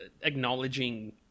acknowledging